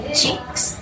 cheeks